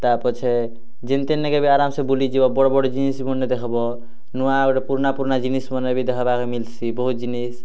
ତା' ପଛେ ଯେମିତି ହେଲେ ବି ଅରାମସେ ବୁଲି ଯିବ ବଡ଼୍ ବଡ଼୍ ଜିନିଷ୍ମାନ୍ ଦେଖିବ ନୂଆ ଗୋଟେ ପୁରୁଣା ପୁରୁଣା ଜିନିଷ୍ମାନ୍ ବି ଦେଖ୍ବାକେ ମିଲ୍ସି ବହୁତ୍ ଜିନିଷ୍